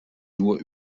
nur